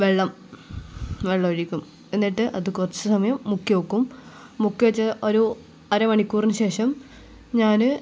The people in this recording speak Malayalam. വെള്ളം വെള്ളമൊഴിക്കും എന്നിട്ട് അത് കുറച്ച് സമയം മുക്കി വെക്കും മുക്കി വെച്ച് ഒരു അര മണിക്കൂറിന് ശേഷം ഞാൻ